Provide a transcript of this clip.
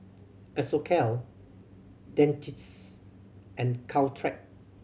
Isocal Dentiste and Caltrate